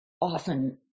often